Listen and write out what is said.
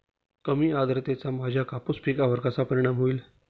कमी आर्द्रतेचा माझ्या कापूस पिकावर कसा परिणाम होईल?